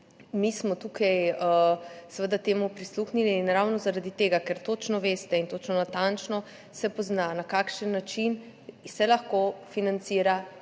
mi smo tukaj seveda temu prisluhnili in ravno zaradi tega, ker točno veste in se točno, natančno pozna, na kakšen način se lahko financira